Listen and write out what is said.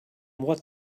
what